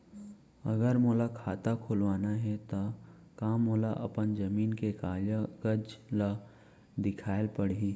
अगर मोला खाता खुलवाना हे त का मोला अपन जमीन के कागज ला दिखएल पढही?